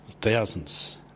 thousands